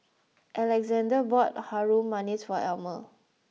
Alexande bought harum manis for Almer